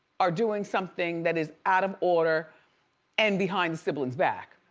are doing something that is out of order and behind sibling's back.